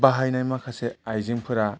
बाहायनाय माखासे आइजेंफोरा